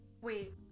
wait